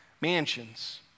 Mansions